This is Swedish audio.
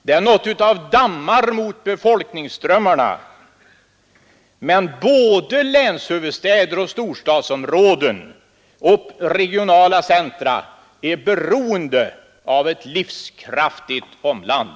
De är något av dammar mot befolkningsströmmarna. Men både länshuvudstäder och storstadsområden och regionala centra är beroende av ett livskraftigt omland.